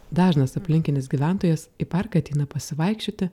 dažnas aplinkinis gyventojas į parką ateina pasivaikščioti